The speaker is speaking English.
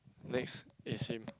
next is him